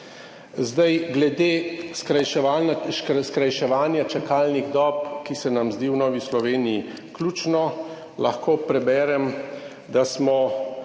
Z daj glede skrajševanja čakalnih dob, ki se nam zdi v Novi Sloveniji ključno, lahko preberem, da se